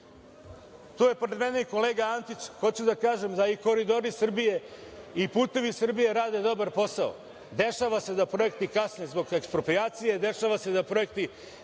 je pored mene i kolega Antić. Hoću da kažem da i „Koridori Srbije“ i „Putevi Srbije“ rade dobar posao. Dešava se da projekti kasne zbog eksproprijacije, dešava se da projekti